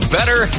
Better